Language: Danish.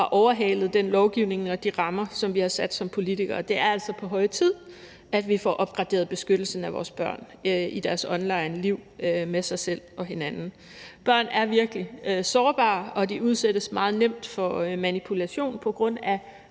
har overhalet den lovgivning og de rammer, som vi har sat som politikere. Det er altså på høje tid, at vi får opgraderet beskyttelsen af vores børn i deres onlineliv med sig selv og hinanden. Børn er virkelig sårbare, og de udsættes meget nemt for manipulation på grund af